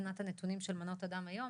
הנתונים של מנות הדם היום